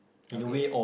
okay